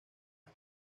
las